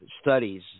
studies